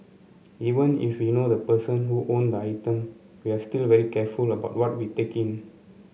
even if we know the person who owned the item we're still very careful about what we take in